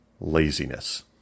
Laziness